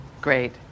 Great